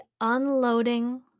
unloading